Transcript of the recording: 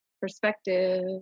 Perspective